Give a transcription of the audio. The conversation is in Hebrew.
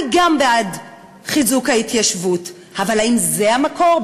גם אני בעד חיזוק ההתיישבות, אבל האם זה המקור?